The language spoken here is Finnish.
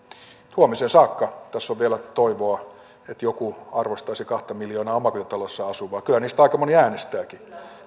huomiseen saakka tässä on vielä toivoa että joku arvostaisi kahta miljoonaa omakotitalossa asuvaa kyllä niistä aika moni äänestääkin